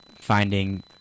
finding